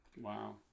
Wow